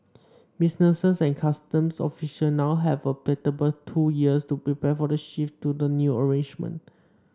businesses and customs official now have a palatable two years to prepare for the shift to the new arrangement